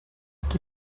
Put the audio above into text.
qui